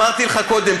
אמרתי לך קודם,